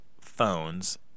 phones